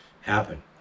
happen